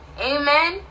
Amen